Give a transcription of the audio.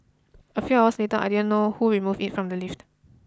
a few hours later I didn't know who removed it from the lift